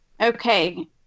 Okay